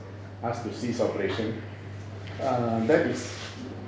asked to cease operation err that is